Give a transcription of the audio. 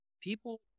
People